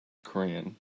crayon